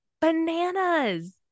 Bananas